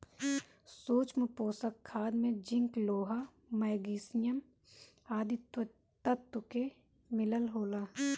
सूक्ष्म पोषक खाद में जिंक, लोहा, मैग्निशियम आदि तत्व के मिलल होला